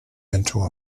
into